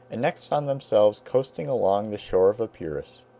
and next found themselves coasting along the shore of epirus.